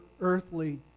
earthly